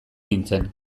nintzen